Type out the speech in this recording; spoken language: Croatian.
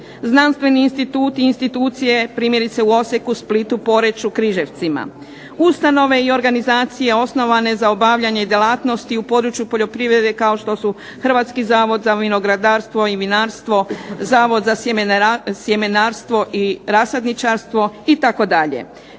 znanstveni instituti i institucije, primjerice u Osijeku, Splitu, Poreču, Križevci, ustanove i organizacije osnovane za obavljanje djelatnosti u području poljoprivrede kao što su Hrvatski zavod za vinogradarstvo i vinarstvo, Zavod za sjemenarstvo i rasadničarstvo itd.,